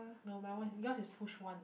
no my one yours is push one